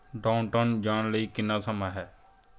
down town ਜਾਣ ਲਈ ਕਿੰਨਾਂ ਸਮਾਂ ਹੈ